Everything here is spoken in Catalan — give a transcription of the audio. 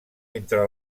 entre